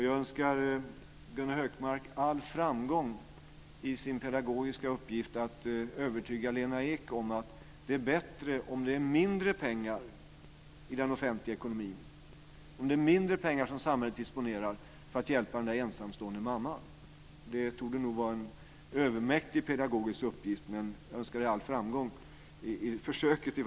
Jag önskar Gunnar Hökmark all framgång i hans pedagogiska uppgift att övertyga Lena Ek om att det är bättre om det finns mindre pengar i den offentliga ekonomin, om det finns mindre pengar för samhället att disponera, för att hjälpa den ensamstående mamman. Det torde nog vara en övermäktig pedagogisk uppgift, men jag önskar honom all framgång i försöket.